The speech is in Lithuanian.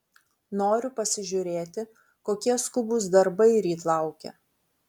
noriu pasižiūrėti kokie skubūs darbai ryt laukia